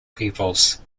peoples